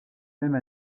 même